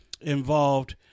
Involved